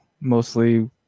mostly